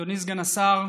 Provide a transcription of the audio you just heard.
אדוני סגן השר,